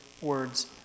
words